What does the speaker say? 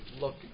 look